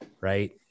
Right